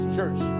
church